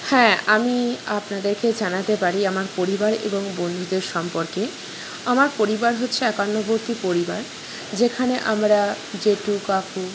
হ্যাঁ আমি আপনাদেরকে জানাতে পারি আমার পরিবার এবং বোনদের সম্পর্কে আমার পরিবার হচ্ছে একান্নবর্তী পরিবার যেখানে আমরা জেঠু কাকু